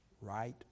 right